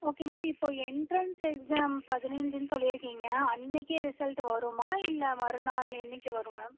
okay ma'am இப்போ entrance exam பதினைந்துன்னு சொல்லிருக்கிங்க அன்னக்கே ரிசல்ட்டு வருமா இல்லை மறுநாள் என்னக்கு வரும் மேம்